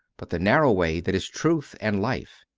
but the narrow way that is truth and life.